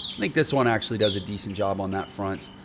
i think this one actually does a decent job on that front.